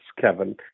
Kevin